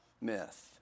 myth